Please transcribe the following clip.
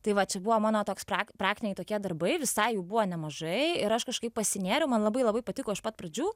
tai va čia buvo mano toks prak praktiniai tokie darbai visai buvo nemažai ir aš kažkaip pasinėriau man labai labai patiko iš pat pradžių